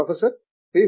professor B